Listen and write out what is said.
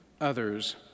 others